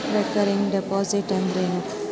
Recurring deposit ಅಂದರೇನು?